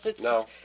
no